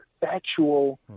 factual